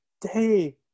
day